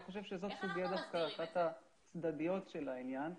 אני חושב שזו דווקא אחת הסוגיות הצדדיות של העניין.